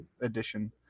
edition